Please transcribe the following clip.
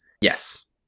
yes